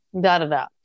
da-da-da